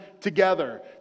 together